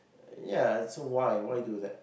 uh ya so why why do that